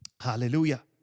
Hallelujah